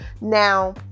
Now